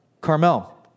Carmel